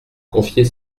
confier